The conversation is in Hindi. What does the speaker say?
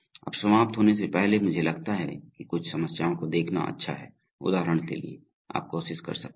अब समाप्त होने से पहले मुझे लगता है कि कुछ समस्याओं को देखना अच्छा है उदाहरण के लिए आप कोशिश कर सकते हैं